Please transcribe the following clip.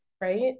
right